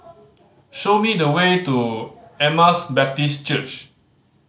show me the way to Emmaus Baptist Church